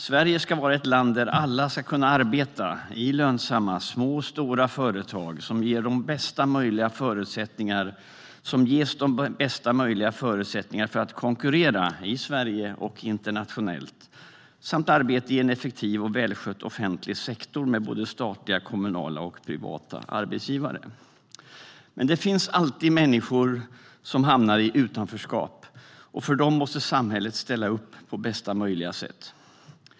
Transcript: Sverige ska vara ett land där alla ska kunna arbeta i lönsamma små och stora företag som ges de bästa möjliga förutsättningarna att konkurrera i Sverige och internationellt, samt att arbeta i en effektiv och välskött offentlig sektor med statliga, kommunala och privata arbetsgivare. Men det finns alltid människor som hamnar i utanförskap, och för dem måste samhället ställa upp på bästa möjliga sätt.